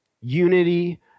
unity